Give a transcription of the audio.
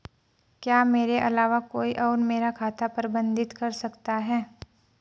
क्या मेरे अलावा कोई और मेरा खाता प्रबंधित कर सकता है?